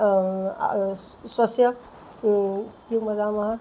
स्वस्य किं वदामः